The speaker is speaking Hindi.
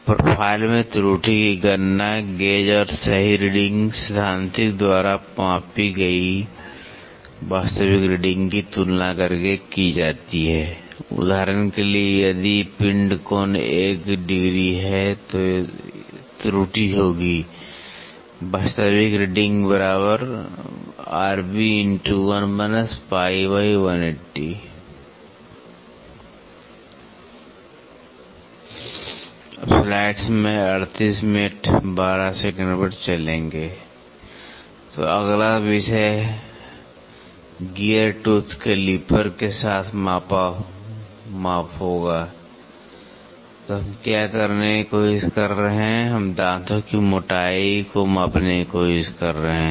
प्रोफाइल में त्रुटि की गणना गेज और सही रीडिंग सैद्धांतिक द्वारा मापी गई वास्तविक रीडिंग की तुलना करके की जाती है उदाहरण के लिए यदि पिंड कोण 1° है तो त्रुटि होगी वास्तविक पढ़ना तो अगला विषय गियर टूथ कैलिपर के साथ माप होगा हम क्या करने की कोशिश कर रहे हैं हम दांतों की मोटाई को मापने की कोशिश कर रहे हैं